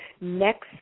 next